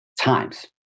times